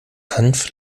hanf